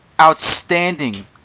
outstanding